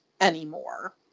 anymore